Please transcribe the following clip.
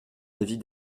avis